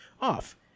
off